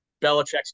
Belichick's